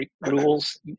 rules